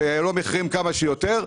שיעלו מחירים כמה שיותר.